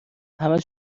همه